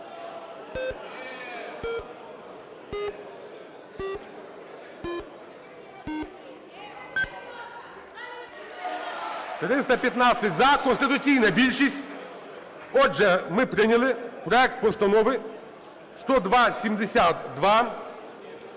За-315 Конституційна більшість. Отже, ми прийняли проект Постанови 10270-2.